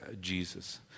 Jesus